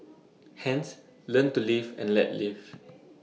hence learn to live and let live